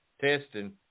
testing